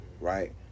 right